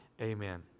Amen